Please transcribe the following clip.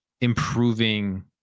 improving